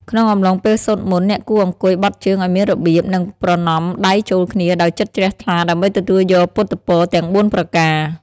ក្នុងអំឡុងពេលសូត្រមន្ត អ្នកគួរអង្គុយបត់ជើងឱ្យមានរបៀប និងប្រណម្យដៃចូលគ្នាដោយចិត្តជ្រះថ្លាដើម្បីទទួលយកពុទ្ធពរទាំងបួនប្រការ។